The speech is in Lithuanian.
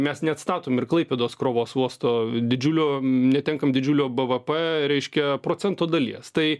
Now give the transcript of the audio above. mes neatstatom ir klaipėdos krovos uosto didžiulio netenkam didžiulio bvp reiškia procento dalies tai